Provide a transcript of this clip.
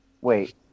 wait